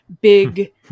big